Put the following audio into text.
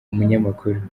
umunyamakuru